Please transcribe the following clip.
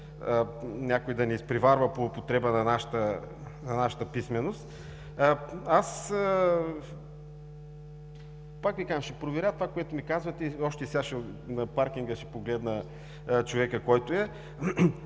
някой да ни изпреварва по употреба на нашата писменост. Аз пак Ви казвам, ще проверя това, което ми казвате, още сега на паркинга ще погледна човека. Но